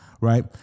right